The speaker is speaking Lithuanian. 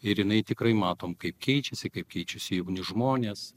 ir jinai tikrai matom kaip keičiasi kaip keičiasi jauni žmonės